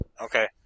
Okay